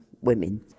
women